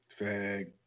fag